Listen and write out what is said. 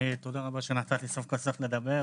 תודה רבה שנתת לי סוף כל סוף לדבר,